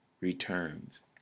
returns